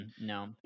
No